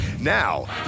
Now